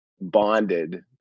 bonded